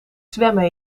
zwemmen